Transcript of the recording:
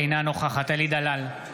אינה נוכחת אלי דלל,